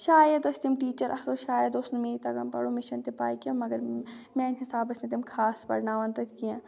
شاید ٲسۍ تِم ٹیٖچَر اَصٕل شاید اوس نہٕ مے تَگان پَرُن مےٚ چھَنہٕ تہِ پَے کینٛہہ مَگر میٛانہِ حِسابہٕ ٲسۍ نہٕ تِم خاص پَرناوَان تَتہِ کینٛہہ